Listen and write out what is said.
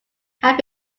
had